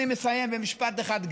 אני מסיים במשפט אחד,